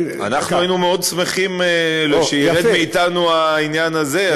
אנחנו היינו מאוד שמחים שירד מאתנו העניין הזה.